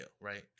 right